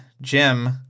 Jim